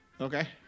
Okay